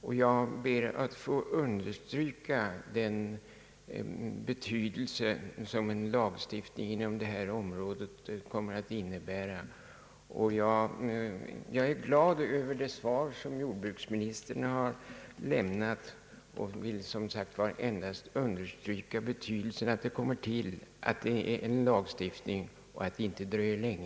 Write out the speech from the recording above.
Jag är glad över det svar som jordbruksministern har lämnat och vill endast understryka betydelsen av att en lagstiftning kommer till stånd och att det inte dröjer länge innan den kommer. På framställning av herr förste vice talmannen beslöt kammaren nu, kl. 11.14, att — för att bereda herr statsrådet Lundkvist tillfälle att, när debatten i andra kammaren så tilläte, lämna ovan berört svar på enkel fråga — ajournera sina förhandlingar till kl.